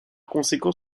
conséquent